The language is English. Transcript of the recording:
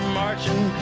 marching